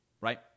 right